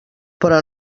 però